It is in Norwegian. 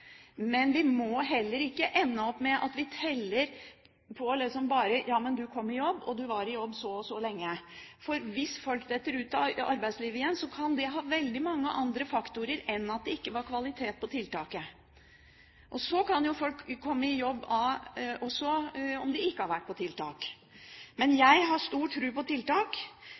Men vi må heller ikke ende opp med at vi teller dem som kom i jobb og var i jobb så og så lenge, for hvis folk faller ut av arbeidslivet igjen, kan det skyldes veldig mange andre faktorer enn at det ikke var kvalitet på tiltaket, eller om man ikke har vært på tiltak. Jeg har stor tro på tiltak. Jeg har stor tro på individuelle tiltak. Derfor er jeg